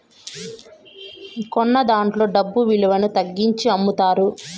కొన్నదాంట్లో డబ్బు విలువను తగ్గించి అమ్ముతారు